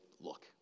look